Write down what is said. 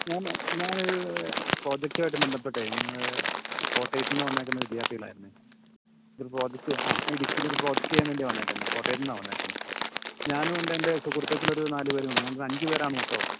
ഞാൻ ഞങ്ങൾ പ്രോജെക്റ്റുമായിട്ട് ബന്ധപ്പെട്ടെ ഞങ്ങൾ കോട്ടയത്തൂന്ന് വന്നേക്കുന്ന വിദ്യാർഥികളായിരുന്നു ഒരു പ്രൊജക്റ്റ് ആ ഇടുക്കിയിലൊരു പ്രൊജക്റ്റ് ചെയ്യാൻ വേണ്ടി വന്നേക്കുന്നത് കോട്ടയത്ത്ന്നാണ് വന്നേക്കുന്നത് ഞാനും ഉണ്ട് എൻ്റെ സുഹൃത്തുക്കൾ ഒരു നാല് പേരും ഉണ്ട് ഞങ്ങൾ അഞ്ച് പേരാണ് മൊത്തം ഉള്ളത്